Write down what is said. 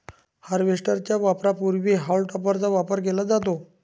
harvester च्या वापरापूर्वी हॉल टॉपरचा वापर केला जातो